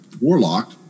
warlock